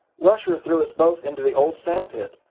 rusher threw us both into the old sand pit.